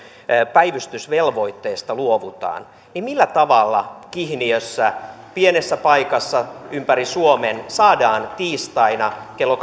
päivystysvelvoitteesta luovutaan niin millä tavalla kihniössä pienissä paikoissa ympäri suomen saadaan tiistaina kello